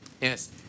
Yes